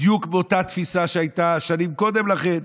בדיוק באותה תפיסה שהייתה שנים קודם לכן.